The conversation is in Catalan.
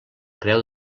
creu